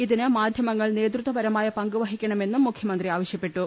ഇതിന് മാധ്യമങ്ങൾ നേതൃത്വപരമായ പങ്ക് വഹിക്കണമെന്നും മുഖ്യമന്ത്രി ആവശ്യപ്പെട്ടു